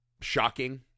shocking